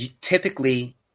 Typically